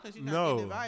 No